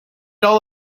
all